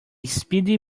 speedy